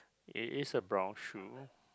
it is a brown shoe